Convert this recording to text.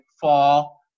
fall